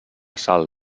sal